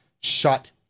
Shut